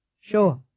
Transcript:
Sure